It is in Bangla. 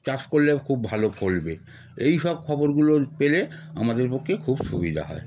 চাষ করলে খুব ভালো ফলবে এইসব খবরগুলো পেলে আমাদের পক্ষে খুব সুবিধা হয়